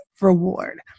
reward